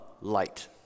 light